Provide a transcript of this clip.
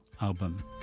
album